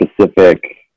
specific